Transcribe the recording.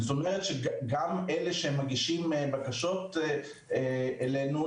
כלומר גם אלה שמגישים בקשות אלינו,